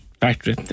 factory